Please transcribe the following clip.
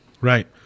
Right